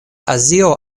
azio